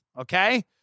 okay